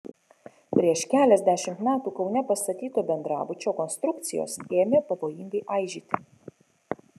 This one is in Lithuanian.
prieš keliasdešimt metų kaune pastatyto bendrabučio konstrukcijos ėmė pavojingai aižėti